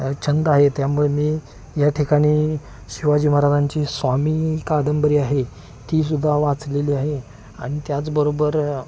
छंद आहे त्यामुळे मी या ठिकाणी शिवाजी महाराजांची स्वामी कादंबरी आहे तीसुद्धा वाचलेली आहे आणि त्याचबरोबर